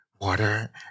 water